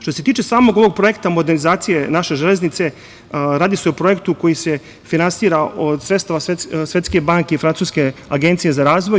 Što se tiče samog ovog projekta modernizacije naše železnice, radi se o projektu koji se finansira od sredstava Svetske banke i Francuske agencije za razvoj.